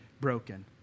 broken